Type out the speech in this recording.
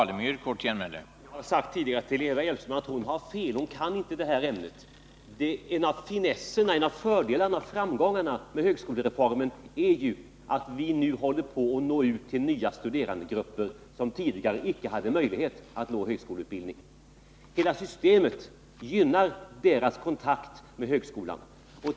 Herr talman! Jag har sagt tidigare till Eva Hjelmström att hon har fel — hon kan inte detta ämne. En av fördelarna och framgångarna med högskolere formen är ju att vi nu håller på att nå ut till nya studerandegrupper som Nr 120 tidigare icke hade möjlighet att söka högskoleutbildning. Hela systemet Onsdagen den gynnar deras kontakt med högskolan.